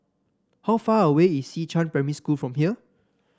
how far away is Xishan Primary School from here